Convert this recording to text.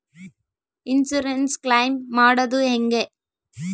Insurance claim ಮಾಡದು ಹೆಂಗೆ?